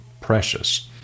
precious